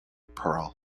pearl